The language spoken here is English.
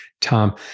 Tom